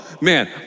man